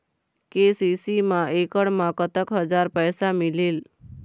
KCC मा एकड़ मा कतक हजार पैसा मिलेल?